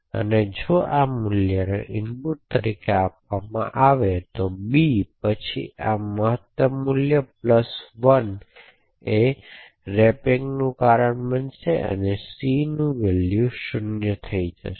તેથી જો આ મૂલ્ય ને ઇનપુટ તરીકે આપવામાં આવે છે b તો પછી આ મહત્તમ મૂલ્ય 1 રેપિંગનું કારણ બનશે અને c ની વેલ્યુ 0 થઈ જશે